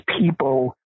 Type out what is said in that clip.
people